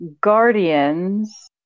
guardians